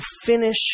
finish